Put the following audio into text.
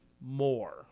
more